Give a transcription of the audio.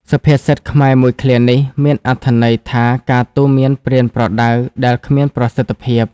សុភាសិតខ្មែរមួយឃ្លានេះមានអត្ថន័យ ថាការទូន្មានប្រៀនប្រដៅដែលគ្មានប្រសិទ្ធភាព។